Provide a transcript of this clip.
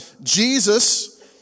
Jesus